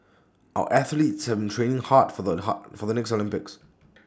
our athletes haven't training hard for the hot for the next Olympics